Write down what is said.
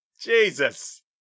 Jesus